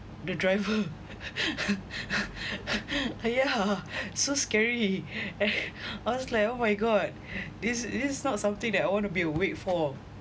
the driver yeah so scary eh I was like oh my god this is not something that I wanna be awake for